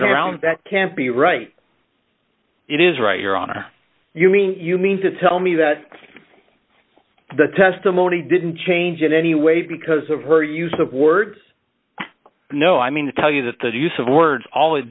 don't round that can't be right it is right your honor you mean you mean to tell me that the testimony didn't change in any way because of her use of words no i mean to tell you that the use of words all it